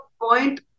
point